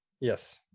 Yes